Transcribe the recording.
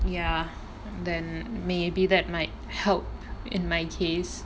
ya then maybe that might help in my case